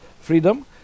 Freedom